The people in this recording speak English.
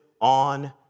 on